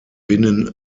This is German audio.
binnen